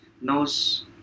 knows